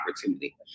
opportunity